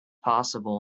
possible